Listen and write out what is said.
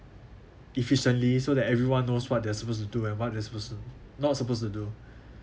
efficiently so that everyone knows what they're supposed to do and what they are supposed to not supposed to do